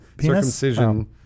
circumcision